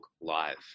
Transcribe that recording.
Live